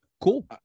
cool